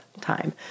time